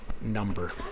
number